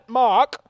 mark